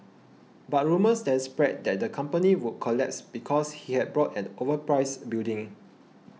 but rumours then spread that the company would collapse because he had bought an overpriced building